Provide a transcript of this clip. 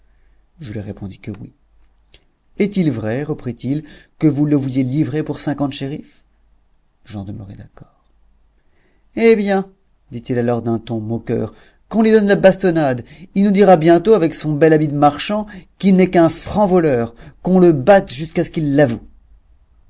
je lui répondis que oui et est-il vrai reprit-il que vous le vouliez livrer pour cinquante scherifs j'en demeurai d'accord hé bien dit-il alors d'un ton moqueur qu'on lui donne la bastonnade il nous dira bientôt avec son bel habit de marchand qu'il n'est qu'un franc voleur qu'on le batte jusqu'à ce qu'il l'avoue